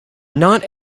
not